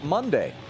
Monday